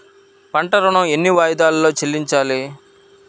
పంట ఋణం ఎన్ని వాయిదాలలో చెల్లించాలి?